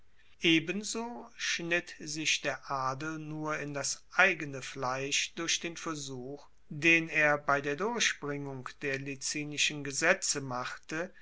ebenso schnitt sich der adel nur in das eigene fleisch durch den versuch den er bei der durchbringung der licinischen gesetze machte